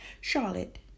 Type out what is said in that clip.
Charlotte